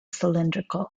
cylindrical